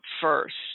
first